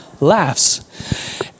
laughs